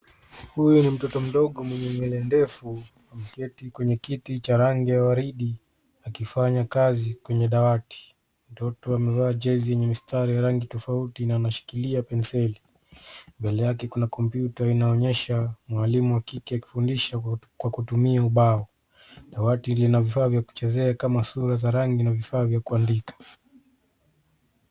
Huyu ni mtoto mdogo mwenye nywele ndefu ameketi kwenye kiti cha rangi ya waridi akifanya kazi kwenye dawati. Mtoto amevaa Jersey yenye mistari ya rangi tofauti na anashiklilia penseli. Mbele yake kuna komputa inaonyesha mwalimu wa kike akifundisha kwa kutumia ubao. Dawati lina vifaa vya kuchezea kama sura za rangi na vifaa vya kuandika.